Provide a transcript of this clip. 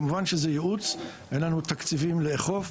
כמובן שזה ייעוץ, אין לנו תקציבים לאכוף.